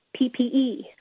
PPE